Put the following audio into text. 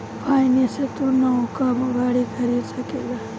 finance से तू नवका गाड़ी खरीद सकेल